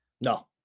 No